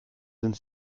sind